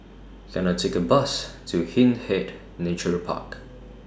Can I Take A Bus to Hindhede Nature Park